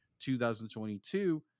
2022